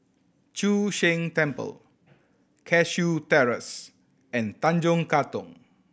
Chu Sheng Temple Cashew Terrace and Tanjong Katong